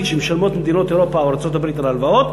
שמשלמות מדינות אירופה או ארצות-הברית על הלוואות,